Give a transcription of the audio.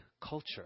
culture